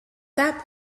that